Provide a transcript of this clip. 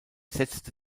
setzte